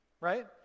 right